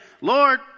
Lord